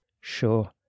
Sure